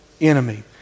enemy